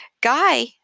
Guy